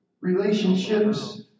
relationships